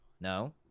No